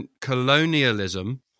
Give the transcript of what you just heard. colonialism